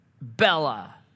Bella